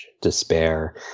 despair